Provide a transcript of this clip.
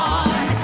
on